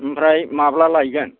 ओमफ्राय माब्ला लायगोन